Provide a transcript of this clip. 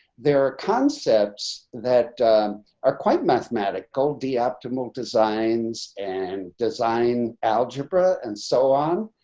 there are concepts that are quite mathematical d optimal designs and design algebra and so on.